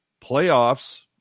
playoffs